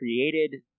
created